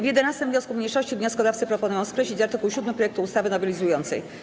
W 11. wniosku mniejszości wnioskodawcy proponują skreślić art. 7 projektu ustawy nowelizującej.